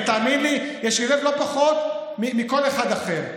ותאמין לי, יש לי לב לא פחות מכל אחד אחר.